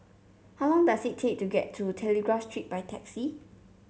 how long does it take to get to Telegraph Street by taxi